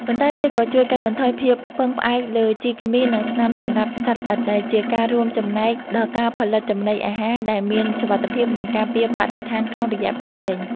ប៉ុន្តែវាក៏ជួយកាត់បន្ថយការពឹងផ្អែកលើជីគីមី និងថ្នាំសម្លាប់សត្វល្អិត ដែលជាការរួមចំណែកដល់ការផលិតចំណីអាហារដែលមានសុវត្ថិភាព និងការពារបរិស្ថានក្នុងរយៈពេលវែង។